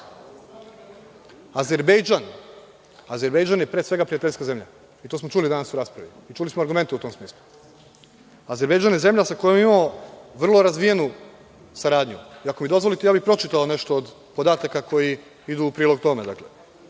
problem. Azerbejdžan je pre svega prijateljska zemlja i to smo čuli danas u raspravi i čuli smo argumente u tom smislu. Azerbejdžan je zemlja sa kojom imamo vrlo razvijenu saradnju i ako mi dozvolite pročitao bih nešto od podataka koji idu u prilog tome.